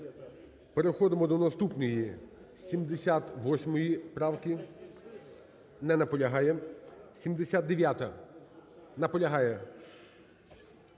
Переходимо до наступної 78 правки. Не наполягає. 79-а. Наполягає.